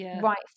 right